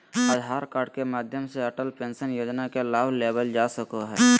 आधार card के माध्यम से अटल पेंशन योजना के लाभ लेवल जा सको हय